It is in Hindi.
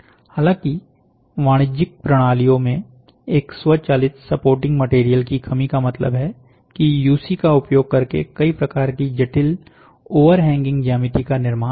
हालांकि वाणिज्यिक प्रणालियों में एक स्वचालित सपोर्टिंग मैटेरियल की कमी का मतलब है कि यूसी का उपयोग करके कई प्रकार की जटिल ओवरहैंगिंग ज्यामिति का निर्माण नहीं किया जा सकता है